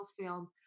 film